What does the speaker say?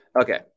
Okay